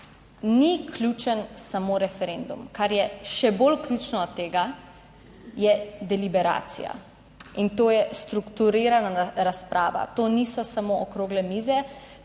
ni ključen samo referendum, kar je še bolj ključno od tega je deliberacija, in to je strukturirana razprava, to niso samo okrogle mize,